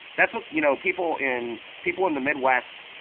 that's what you know people in people in the midwest,